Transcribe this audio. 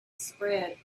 spread